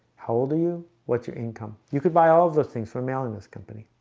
how old are you? what's your income? you could buy all of those things for mailing this company?